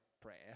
prayer